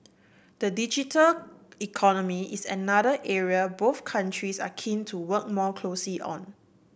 the digital economy is another area both countries are keen to work more closely on